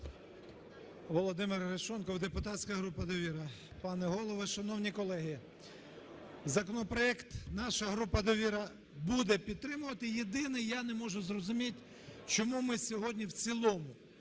Володимир Арешонков, депутатська група "Довіра". Пане Голово, шановні колеги, законопроект наша група "Довіра" буде підтримувати. Єдине я не можу зрозуміти, чому ми сьогодні в цілому